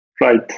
right